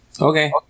Okay